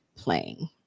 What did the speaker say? playing